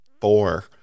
four